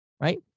right